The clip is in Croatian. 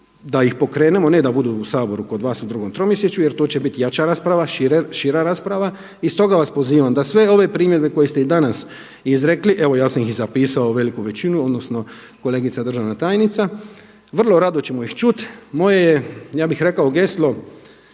da ih pokrenemo, ne da budu u Saboru kod vas u drugom tromjesečju jer to će biti jača rasprava, šira rasprava. I stoga vas pozivam da sve ove primjedbe koje ste i danas izrekli, evo ja sam ih i zapisao veliku većinu odnosno kolegica državna tajnica vrlo rado ćemo ih čut. Moje je ja bih rekao geslo